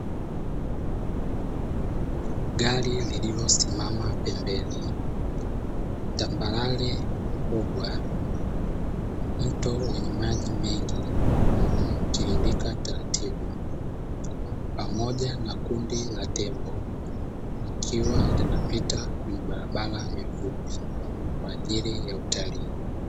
Gari lililosimama pembeni, tambarare kubwa, mto wenye maji mengi yanayotiririka taratibu, pamoja na kundi la tembo likiwa linapita kwenye barabara ya vumbi kwa ajili ya utalii.